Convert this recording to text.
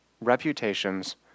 Reputations